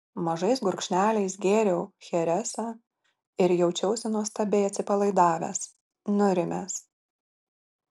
mažais gurkšneliais gėriau cheresą ir jaučiausi nuostabiai atsipalaidavęs nurimęs